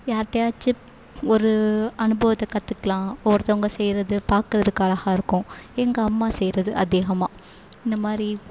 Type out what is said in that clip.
யார்கிட்டயாச்சு ஒரு அனுபவத்தை கற்றுக்கலாம் ஒருத்தவங்க செய்யிறது பார்க்கறதுக்கு அழகா இருக்கும் எங்கள் அம்மா செய்யிறது அதிகமாக இந்த மாதிரி